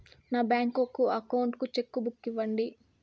నా bank account కు cheque book ఇవ్వండి